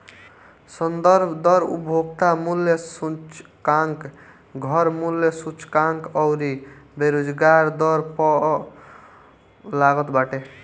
संदर्भ दर उपभोक्ता मूल्य सूचकांक, घर मूल्य सूचकांक अउरी बेरोजगारी दर पअ लागत बाटे